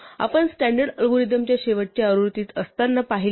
आपण स्टॅण्डर्ड अल्गोरिदमच्या शेवटच्या आवृत्तीत असताना पाहिले